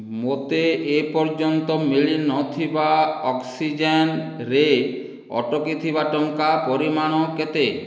ମୋତେ ଏ ପର୍ଯ୍ୟନ୍ତ ମିଳିନଥିବା ଅକ୍ସିଜେନ୍ରେ ଅଟକିଥିବା ଟଙ୍କା ପରିମାଣ କେତେ